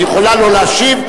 היא יכולה לא להשיב,